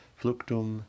fluctum